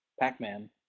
Pac-Man